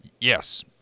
yes